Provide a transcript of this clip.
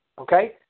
Okay